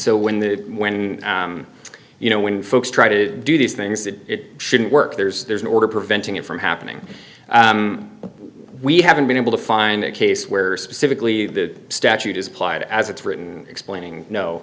so when the when you know when folks try to do these things that it shouldn't work there's there's an order preventing it from happening we haven't been able to find a case where specifically the statute is applied as it's written explaining no